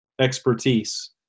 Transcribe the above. expertise